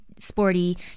Sporty